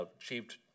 achieved